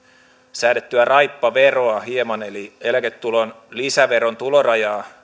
säädettyä raippaveroa hieman eli eläketulon lisäveron tulorajaa